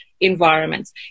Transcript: environments